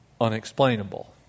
Unexplainable